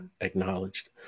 Acknowledged